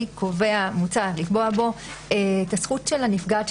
מוצע לקבוע בו את הזכות של הנפגעת,